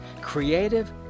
creative